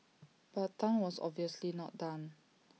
but Tan was obviously not done